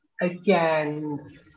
again